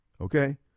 Okay